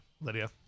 Lydia